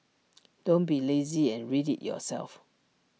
don't be lazy and read IT yourself